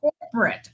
corporate